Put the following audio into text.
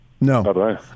No